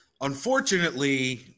unfortunately